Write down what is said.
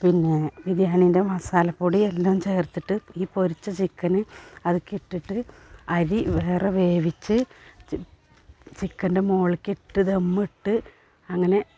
പിന്നെ ബിരിയാണീൻറ്റെ മസാലപ്പൊടി എല്ലാം ചേർത്തിട്ട് ഈ പൊരിച്ച ചിക്കന് അതിൽക്ക് ഇട്ടിട്ട് അരി വേറെ വേവിച്ച് ചിക്കൻറ്റെ മോളിൽക്കിട്ട് ദമ്മിട്ട് അങ്ങനെ